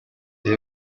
reba